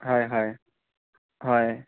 হয় হয় হয়